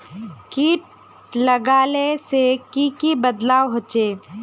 किट लगाले से की की बदलाव होचए?